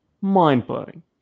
mind-blowing